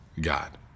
God